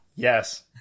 yes